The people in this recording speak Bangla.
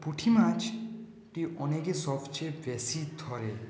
পুঁটি মাছটি অনেকে সবচেয়ে বেশি ধরে